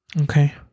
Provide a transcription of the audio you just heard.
Okay